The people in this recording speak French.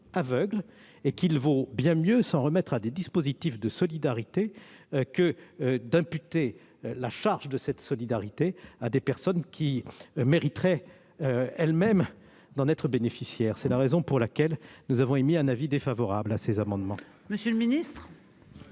: il vaut bien mieux s'en remettre à des dispositifs de solidarité que d'imputer la charge de cette solidarité à des personnes qui mériteraient elles-mêmes d'en être bénéficiaires. C'est pourquoi notre commission a émis un avis défavorable sur ces amendements.